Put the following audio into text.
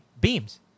Beams